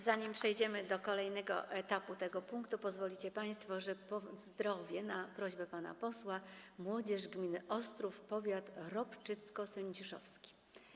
Zanim przejdziemy do kolejnego etapu tego punktu, pozwolicie państwo, że pozdrowię, na prośbę pana posła, młodzież z gminy Ostrów w powiecie ropczycko-sędziszowskim.